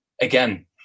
again